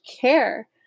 care